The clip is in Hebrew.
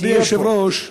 אדוני היושב-ראש,